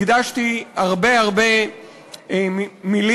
הקדשתי הרבה הרבה מילים,